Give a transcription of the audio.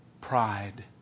Pride